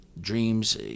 dreams